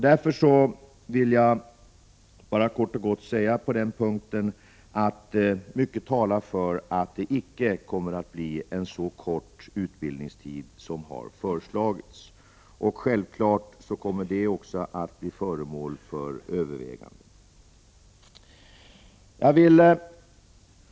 Därför vill jag på den punkten bara kort och gott säga att mycket talar för att det icke kommer att bli en så kort utbildningstid som har föreslagits. Självfallet kommer detta också att bli föremål för överväganden.